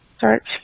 Search